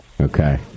Okay